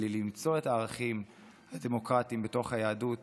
אלא למצוא את הערכים הדמוקרטיים בתוך היהדות